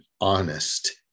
honest